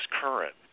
current